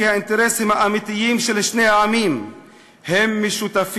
האינטרסים האמיתיים של שני העמים משותפים,